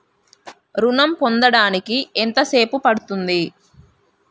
ఋణం పొందడానికి ఎంత సేపు పడ్తుంది?